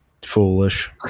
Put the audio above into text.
foolish